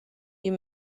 you